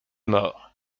morts